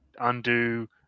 undo